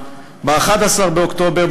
ב-9 באוקטובר,